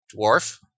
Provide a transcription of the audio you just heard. Dwarf